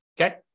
okay